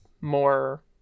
more